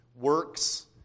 works